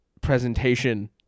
presentation